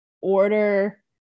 order